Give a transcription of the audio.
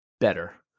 better